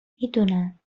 میدونم